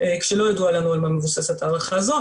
שלא ידוע על מה מבוססת ההערכה הזו,